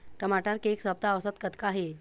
टमाटर के एक सप्ता औसत कतका हे?